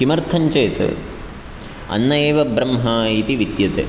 किमर्थञ्चेत् अन्न एव ब्रह्मा इति विद्यते